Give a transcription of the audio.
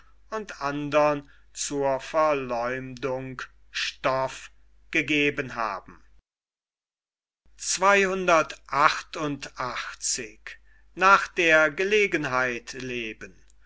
und andern zur verläumdung stoff gegeben haben